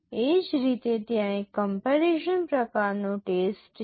એ જ રીતે ત્યાં એક કમ્પેરિઝન પ્રકારનો ટેસ્ટ છે